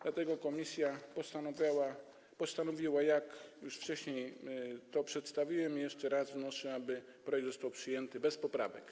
Dlatego komisje postanowiły, jak już wcześniej to przedstawiłem, i jeszcze raz wnoszę, aby projekt został przyjęty bez poprawek.